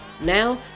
Now